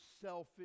selfish